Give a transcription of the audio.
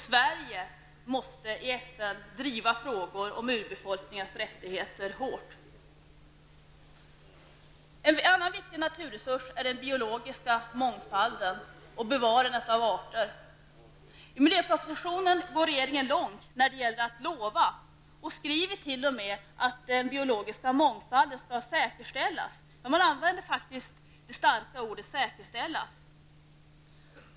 Sverige måste i FN driva frågor om urbefolkningars rättigheter hårt. En annan viktig naturresurs är den biologiska mångfalden och bevarandet av arter. I miljöpropositionen går regeringen långt när det gäller att lova och skriver t.o.m. att den biologiska mångfalden skall säkerställas. Regeringen använder faktiskt det starka ordet säkerställas.